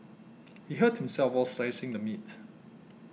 he hurt himself while slicing the meat